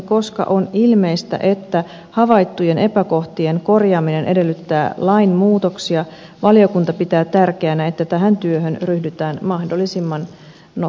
koska on ilmeistä että havaittujen epäkohtien korjaaminen edellyttää lainmuutoksia valiokunta pitää tärkeänä että tähän työhön ryhdytään mahdollisimman nopeasti